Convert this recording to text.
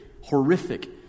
horrific